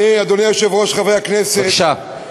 אדוני היושב-ראש, חברי הכנסת, בבקשה.